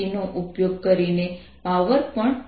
rsinθω તેથી આ બેન્ડ પ્રવાહ 2πR2sinθdθ